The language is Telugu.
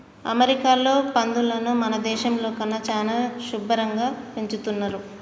అమెరికాలో పందులని మన దేశంలో కన్నా చానా శుభ్భరంగా పెంచుతున్రు